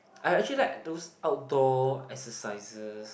I actually like those outdoor exercises